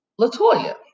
LaToya